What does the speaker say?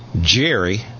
Jerry